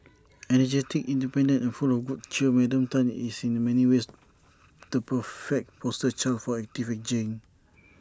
energetic independent and full of good cheer Madam Tan is in many ways the perfect poster child for active ageing